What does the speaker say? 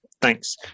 thanks